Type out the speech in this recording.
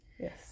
Yes